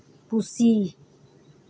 ᱯᱩᱥᱤ